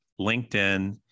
LinkedIn